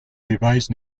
revised